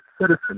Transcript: citizen